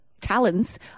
talents